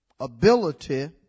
Ability